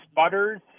sputters